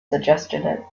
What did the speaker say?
suggested